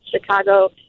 Chicago